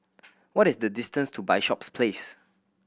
what is the distance to Bishops Place